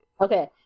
okay